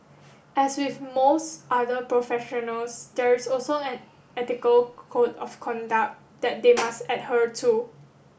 as with most other professionals there is also an ethical code of conduct that they must to